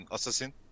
Assassin